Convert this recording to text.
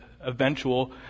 eventual